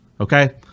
Okay